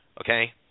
Okay